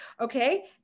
Okay